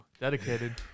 Dedicated